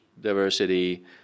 diversity